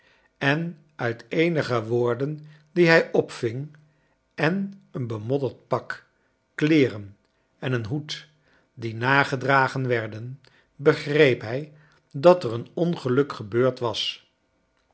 en uit eenige woorden die hij opting en een bemodderd pak kleeren en een hoed die nagedragen werden begreep hij dat er een ongeink gebeurd was